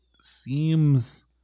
seems